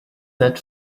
that